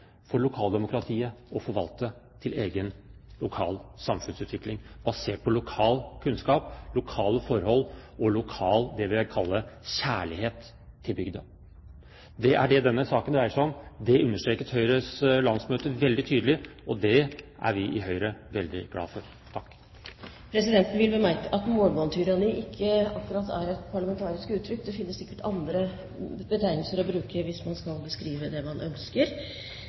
for lokaldemokratiet å forvalte til egen lokal samfunnsutvikling, basert på lokal kunnskap, lokale forhold og lokal – det jeg vil kalle – kjærlighet til bygda. Det er det denne saken dreier seg om. Det understreket Høyres landsmøte veldig tydelig, og det er vi i Høyre veldig glad for. Presidenten vil bemerke at «målebåndtyranni» ikke akkurat er et parlamentarisk uttrykk. Det finnes sikkert andre betegnelser å bruke hvis man skal beskrive det man ønsker.